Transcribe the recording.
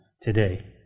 today